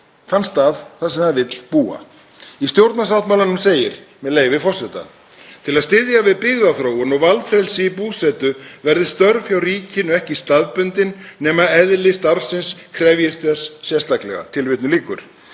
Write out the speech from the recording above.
þann stað þar sem það vill búa. Í stjórnarsáttmálanum segir, með leyfi forseta: „Til að styðja við byggðaþróun og valfrelsi í búsetu verði störf hjá ríkinu ekki staðbundin nema eðli starfsins krefjist þess sérstaklega.“ Þessi orð